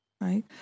right